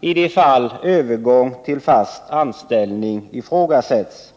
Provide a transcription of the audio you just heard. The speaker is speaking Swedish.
i de fall övergång till fast anställning ifrågasätts.